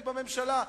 היא ממשלה.